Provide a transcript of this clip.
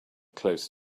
close